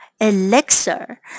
elixir